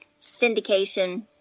syndication